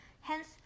Hence